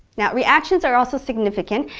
yeah reactions are also significant,